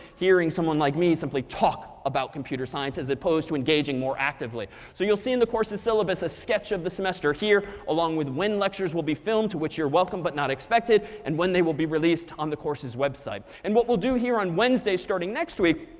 hearing someone like me simply talk about computer science, as opposed to engaging more actively. so you'll see in the course's syllabus a sketch of the semester here, along with when lectures will be filmed, to which you're welcome but not expected, and when they will be released on the course's website. and what we'll do here on wednesdays starting next week,